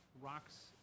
rocks